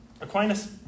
Aquinas